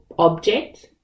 object